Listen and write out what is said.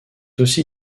aussi